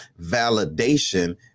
validation